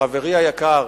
חברי היקר,